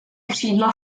křídla